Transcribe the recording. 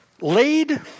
Laid